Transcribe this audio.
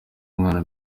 mwana